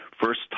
first